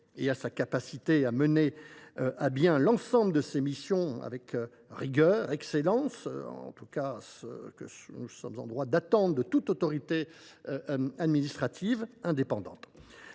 et sur sa capacité à mener à bien l’ensemble de ses missions avec la rigueur et l’excellence que nous sommes en droit d’attendre de toute autorité administrative indépendante.